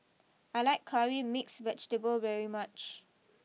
I like Curry Mixed Vegetable very much